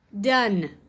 done